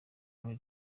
muri